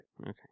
Okay